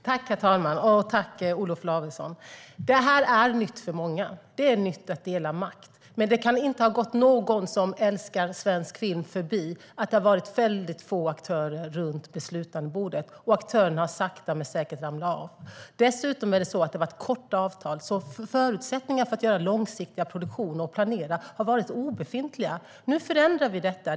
Herr talman! Tack, Olof Lavesson! Detta är nytt för många. Det är nytt att dela makt. Men det kan inte ha gått någon som älskar svensk film förbi att det har suttit väldigt få aktörer runt beslutandebordet och att aktörerna sakta men säkert ramlat av. Dessutom har det varit korta avtal, så förutsättningarna för att göra långsiktiga produktioner och planera har varit obefintliga. Nu förändrar vi detta.